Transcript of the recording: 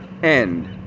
End